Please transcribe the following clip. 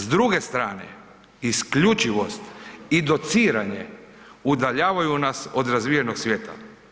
S druge strane, isključivost i dociranje udaljavaju nas od razvijenog svijeta.